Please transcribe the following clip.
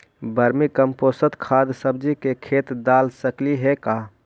Vermi compost खाद सब्जी के खेत दाल सकली हे का?